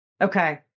Okay